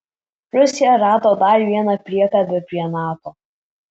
rusija rado dar vieną priekabę prie nato